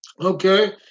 okay